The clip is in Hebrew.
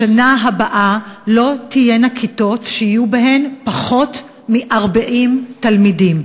בשנה הבאה לא תהיינה כיתות שיהיו בהן פחות מ-40 תלמידים.